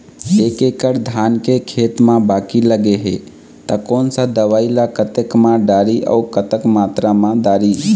एक एकड़ धान के खेत मा बाकी लगे हे ता कोन सा दवई ला खेत मा डारी अऊ कतक मात्रा मा दारी?